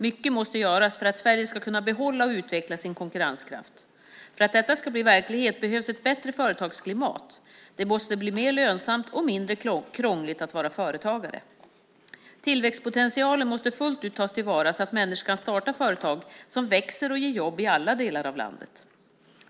Mycket måste göras för att Sverige ska kunna behålla och utveckla sin konkurrenskraft. För att detta ska bli verklighet behövs ett bättre företagsklimat. Det måste bli mer lönsamt och mindre krångligt att vara företagare. Tillväxtpotentialen måste fullt ut tas till vara så att människor kan starta företag som växer och ger jobb i alla delar av landet.